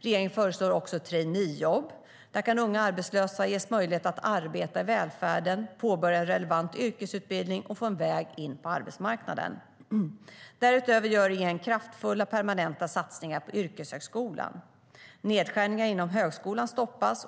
Regeringen föreslår också traineejobb. Där kan unga arbetslösa ges möjlighet att arbeta i välfärden, påbörja en relevant yrkesutbildning och få en väg in på arbetsmarknaden. Därutöver gör regeringen kraftfulla permanenta satsningar på yrkeshögskolan. Nedskärningarna inom högskolan stoppas.